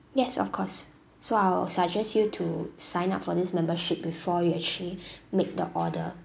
yes of course so I'll suggest you to sign up for this membership before you actually make the order